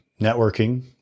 networking